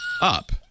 up